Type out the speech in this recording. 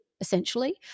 essentially